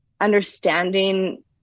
understanding